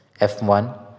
F1